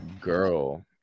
girl